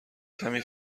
کمی